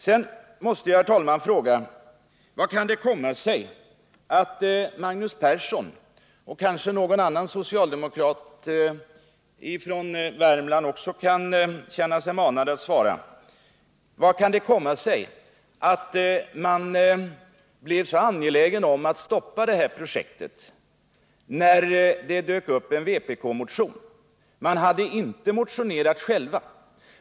Jag måste, herr talman, fråga Magnus Persson — någon annan socialdemokrat från Värmland kanske också kan känna sig manad att svara — hur det kan komma sig att socialdemokraterna blev så angelägna om att stoppa detta projekt när det dök upp en vpk-motion. Socialdemokraterna hade inte motionerat själva.